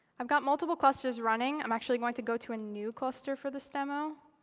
i've got multiple clusters running. i'm actually going to go to a new cluster for this demo.